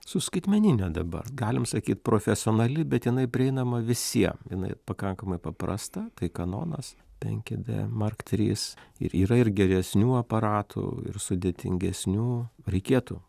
su skaitmenine dabar galim sakyti profesionali bet jinai prieinama visiem jinai pakankamai paprasta tai kanonas penki d mark trys ir yra ir geresnių aparatų ir sudėtingesnių reikėtų